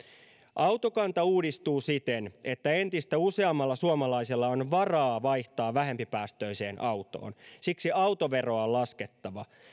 autokanta uudistuu siten että entistä useammalla suomalaisella on varaa vaihtaa vähempipäästöiseen autoon siksi autoveroa on laskettava